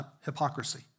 hypocrisy